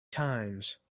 times